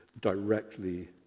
directly